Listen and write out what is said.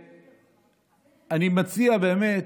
אני מציע, באמת,